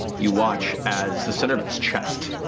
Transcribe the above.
you watch as the center of its chest